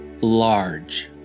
large